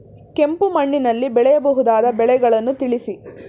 ಕಪ್ಪು ಮಣ್ಣಿನಲ್ಲಿ ಬೆಳೆಯಬಹುದಾದ ಬೆಳೆಗಳನ್ನು ತಿಳಿಸಿ?